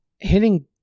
Hitting